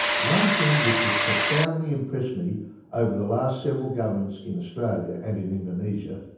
one thing which has profoundly impressed me over the last several governments in australia, and in indonesia,